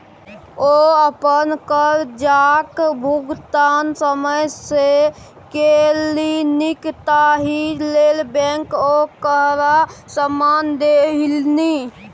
ओ अपन करजाक भुगतान समय सँ केलनि ताहि लेल बैंक ओकरा सम्मान देलनि